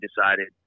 decided